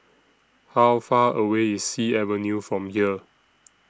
How Far away IS Sea Avenue from here